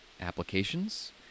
applications